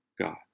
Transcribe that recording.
God